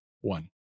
one